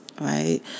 right